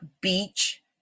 beach